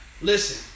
Listen